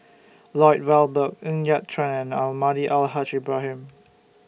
Lloyd Valberg Ng Yat Chuan and Almahdi Al Haj Ibrahim